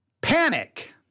Panic